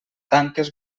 tanques